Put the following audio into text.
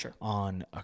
on